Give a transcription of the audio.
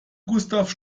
gustav